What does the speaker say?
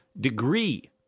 degree